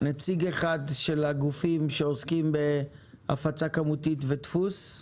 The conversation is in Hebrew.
נציג אחד של הגופים שעוסקים בהפצה כמותית ודפוס,